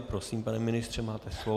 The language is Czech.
Prosím, pane ministře, máte slovo.